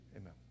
Amen